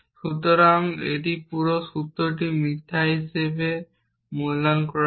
সুতরাং এই পুরো সূত্রটি মিথ্যা হিসাবে মূল্যায়ন করা হয়